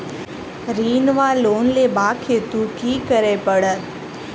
ऋण वा लोन लेबाक हेतु की करऽ पड़त?